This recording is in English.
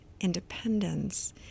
independence